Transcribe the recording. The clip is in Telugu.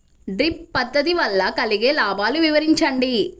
డ్రిప్ పద్దతి వల్ల కలిగే లాభాలు వివరించండి?